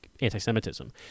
anti-Semitism